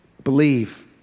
Believe